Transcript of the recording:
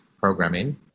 programming